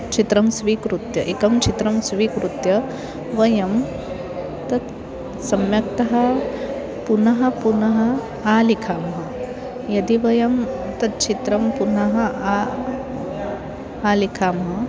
चित्रं स्वीकृत्य एकं चित्रं स्वीकृत्य वयं तत् सम्यक्तः पुनः पुनः लिखामः यदि वयं तत् चित्रं पुनः आ आलिखामः